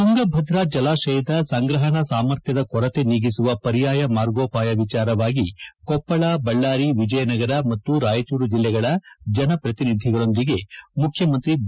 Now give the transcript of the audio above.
ತುಂಗಭದ್ರ ಜಲಾಶಯದ ಸಂಗ್ರಹಣಾ ಸಾಮರ್ಥ್ಯದ ಕೊರತೆ ನೀಗಿಸುವ ಪರ್ಯಾಯ ಮಾರ್ಗೋಪಾಯ ವಿಚಾರವಾಗಿ ಕೊಪ್ಪಳ ಬಳ್ಳಾರಿ ವಿಜಯನಗರ ಮತ್ತು ರಾಯಚೂರು ಜಿಲ್ಲೆಗಳ ಜನ ಪ್ರತಿನಿಧಿಗಳೊಂದಿಗೆ ಮುಖ್ಯಮಂತ್ರಿ ಬಿ